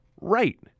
Right